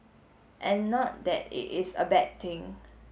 and not that it is a bad thing